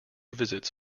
visits